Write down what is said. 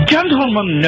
Gentlemen